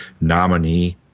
nominee